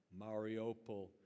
Mariupol